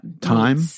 time